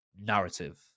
narrative